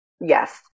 Yes